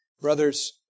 brothers